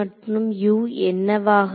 மற்றும் என்னவாக இருக்கும்